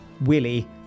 willie